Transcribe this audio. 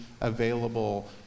available